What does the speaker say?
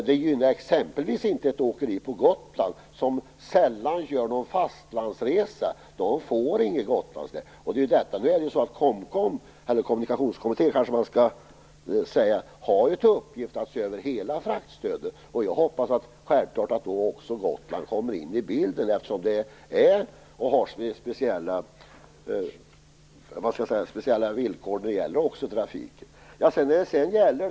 Systemet gynnar exempelvis inte ett åkeri på Gotland som sällan gör någon fastlandsresa. Det får inget Gotlandstillägg. Kommunikationskommittén har till uppgift att se över hela fraktstödet. Jag hoppas självfallet att Gotland då också kommer in i bilden, eftersom speciella villkor gäller för trafiken där.